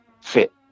fit